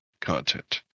content